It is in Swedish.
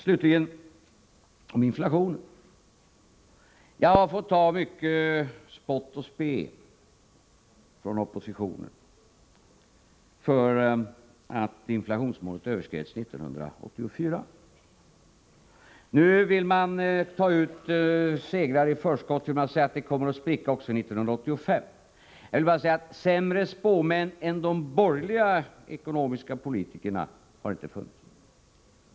Slutligen beträffande inflationen: Jag har fått mycket spott och spe från oppositionen därför att inflationsmålet överskreds för 1984. Nu vill man ta ut segrar i förskott genom att säga att målet kommer att spricka också för 1985. Jag vill bara säga: Sämre spåmän än de borgerliga ekonomiska politikerna har inte funnits.